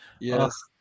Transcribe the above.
Yes